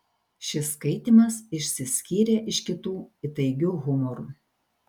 šis skaitymas išsiskyrė iš kitų įtaigiu humoru